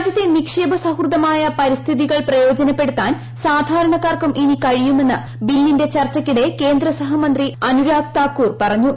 രാജ്യത്തെ നിക്ഷേപ്പ സൌഹൃദമായ പരിതസ്ഥിതികൾ പ്രയോജനപ്പെടുത്താൻ ീസാധാരണക്കാർക്കും ഇനി കഴിയുമെന്ന് ബില്ലിന്റെ ചർച്ചയ്ക്കിടെ കേന്ദ്രസഹമന്ത്രി അനുരാഗ് താക്കൂർ പറഞ്ഞു